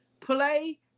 play